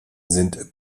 sind